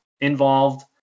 involved